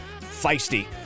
feisty